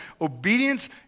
obedience